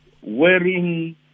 wearing